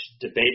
debate